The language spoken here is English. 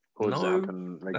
No